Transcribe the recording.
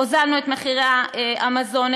הורדנו את מחירי המזון,